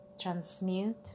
transmute